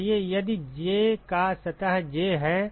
इसलिए यदि j का सतह j है